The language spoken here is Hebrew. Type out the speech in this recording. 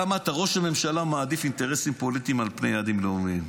אתה אמרת: ראש הממשלה מעדיף אינטרסים פוליטיים על פני יעדים לאומיים.